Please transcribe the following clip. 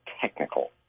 technical